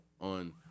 on